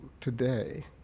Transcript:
today